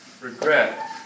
regret